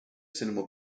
cinema